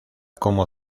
como